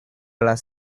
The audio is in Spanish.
las